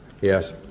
Yes